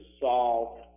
solve